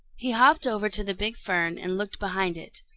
he hopped over to the big fern and looked behind it.